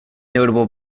notable